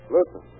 Listen